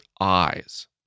eyes